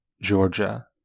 Georgia